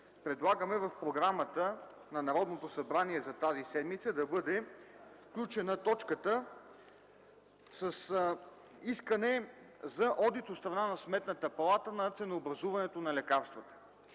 предлагам в програмата на Народното събрание за тази седмица да бъде включена точката с искане за одит от страна на Сметната палата на ценообразуването на лекарствата.